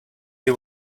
you